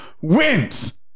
wins